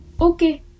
okay